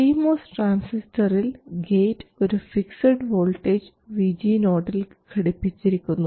P MOS ട്രാൻസിസ്റ്ററിൽ gate ഒരു fixed voltage VG0 ഇൽ ഘടിപ്പിച്ചിരിക്കുന്നു